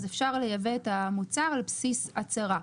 אפשר לייבא את המוצר על בסיס הצהרה.